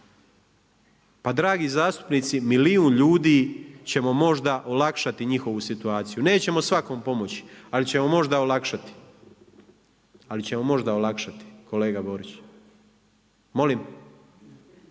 Pa dragi zastupnici, milijun ljudi ćemo možda olakšati njihovu situaciju. Nećemo svakom pomoći, ali ćemo možda olakšati, ali ćemo možda olakšati kolega Borić. Molim?